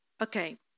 okay